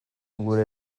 geure